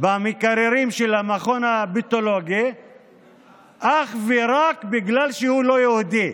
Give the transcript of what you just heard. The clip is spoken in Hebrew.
במקררים של המכון הפתולוגי אך ורק בגלל שהוא לא יהודי.